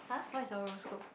what is your horoscope